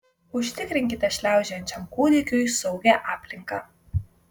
užtikrinkite šliaužiojančiam kūdikiui saugią aplinką